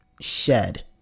shed